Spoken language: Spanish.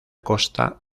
costa